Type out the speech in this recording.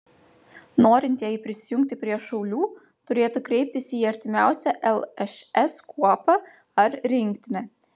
norintieji prisijungti prie šaulių turėtų kreiptis į artimiausią lšs kuopą ar rinktinę